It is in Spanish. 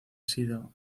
sido